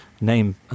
name